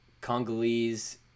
Congolese